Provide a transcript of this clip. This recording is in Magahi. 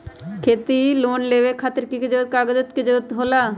खेती लोन लेबे खातिर की की कागजात के जरूरत होला?